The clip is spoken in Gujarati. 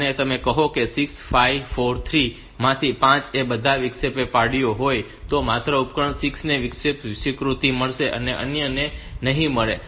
અને કહો કે જો 6 5 4 3 માંથી 5 તે બધાએ વિક્ષેપ પાડ્યો હોય તો માત્ર ઉપકરણ 6 ને વિક્ષેપ સ્વીકૃતિ મળશે અને અન્યને નહીં મળે